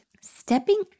stepping